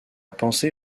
pensée